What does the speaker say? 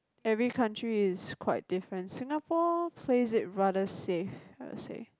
every country is quite different Singapore plays it rather safe I would say